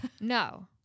no